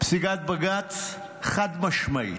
פסיקת בג"ץ חד-משמעית.